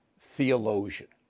theologian